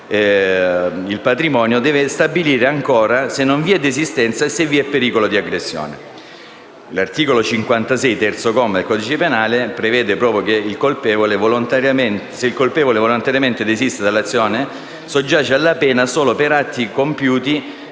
il patrimonio, deve stabilire ancora se non vi è desistenza e il pericolo di aggressione. L'articolo 56, terzo comma, del codice penale prevede che se il colpevole volontariamente desiste dall'azione soggiace alla pena solo per atti compiuti